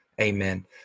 Amen